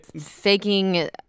faking